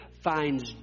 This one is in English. Finds